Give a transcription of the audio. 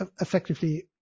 effectively